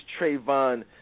Trayvon